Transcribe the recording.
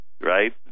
right